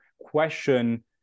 question